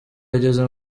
yageze